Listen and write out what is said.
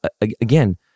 again